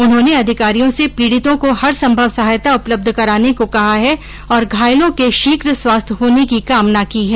उन्होंने अधिकारियों से पीड़ितों को हरसंभव सहायता उपलब्ध कराने को कहा है और घायलों के शीघ स्वस्थ्य होने की कामना की है